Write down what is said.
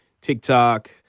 TikTok